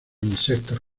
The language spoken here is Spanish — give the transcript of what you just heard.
insectos